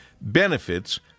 benefits